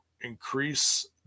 increase